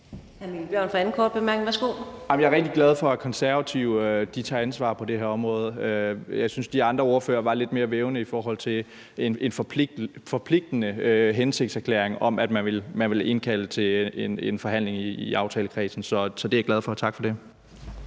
Jeg er rigtig glad for, at Konservative tager ansvar på det her område. Jeg synes, de andre ordførere var lidt mere vævende i forhold til en forpligtende hensigtserklæring om, at man ville indkalde til en forhandling i aftalekredsen. Så det er jeg glad for, og tak for det.